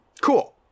cool